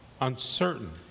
uncertain